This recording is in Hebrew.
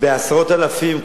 בעשרות אלפים.